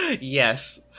Yes